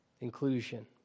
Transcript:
inclusion